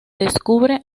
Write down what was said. descubre